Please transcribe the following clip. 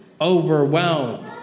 overwhelmed